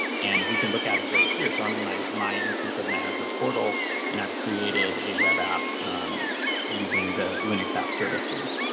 and we can look at it right here. so i'm in my my instance of my azure portal and i've created a web app using the linux app service here.